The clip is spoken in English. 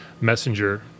messenger